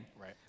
right